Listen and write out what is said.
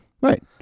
right